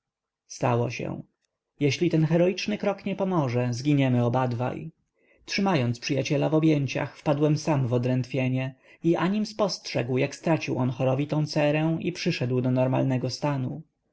stało się jeśli ten heroiczny krok nie pomoże zginiemy obadwaj trzymając przyjaciela w objęciach wpadłem sam w odrętwienie i anim spostrzegł jak stracił on chorobliwą cerę i przyszedł do normalnego stanu